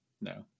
No